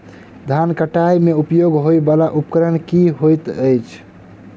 धान कटाई मे उपयोग होयवला उपकरण केँ होइत अछि?